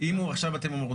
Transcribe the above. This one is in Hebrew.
אני לא בטוח שזה אפשרי.